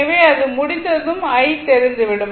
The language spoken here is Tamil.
எனவே அது முடிந்ததும் i தெரிந்துவிடும்